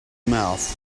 mouth